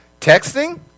Texting